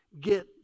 Get